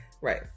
Right